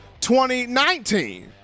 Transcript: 2019